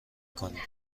کنیم